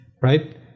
right